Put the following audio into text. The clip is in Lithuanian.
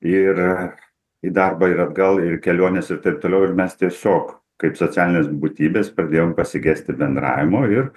ir į darbą ir atgal ir į keliones ir taip toliau ir mes tiesiog kaip socialinės būtybės pradėjom pasigesti bendravimo ir